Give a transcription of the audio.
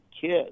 kids